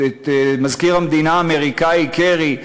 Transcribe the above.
את מזכיר המדינה האמריקני קרי,